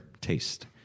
taste